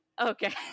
Okay